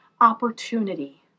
opportunity